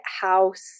house